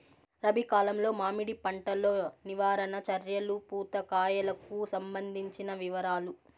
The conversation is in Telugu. రబి కాలంలో మామిడి పంట లో నివారణ చర్యలు పూత కాయలకు సంబంధించిన వివరాలు?